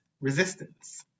resistance